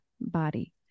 body